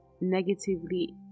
negatively